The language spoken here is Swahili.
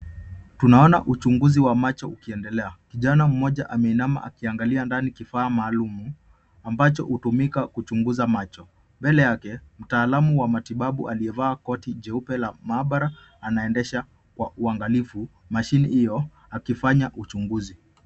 Tunaona uchunguzi wa macho ukiendelea, kijana mmoja ameinama akiangalia ndani kifaa maalum ambacho hutumika kuchunguza macho. Mbele yake mtaalamu wa matibabu aliyavaa koti jeupe la maabara anaendeshwa kwa uangalifu mashine hiyo akifanya uchunguzi.